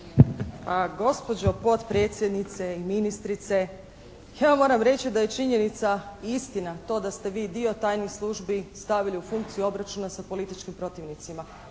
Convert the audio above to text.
Gospođo potpredsjednice i ministrice ja vam moram reći da je činjenica i istina to da ste vi dio tajnih službi stavili u funkciju obračuna sa političkim protivnicima.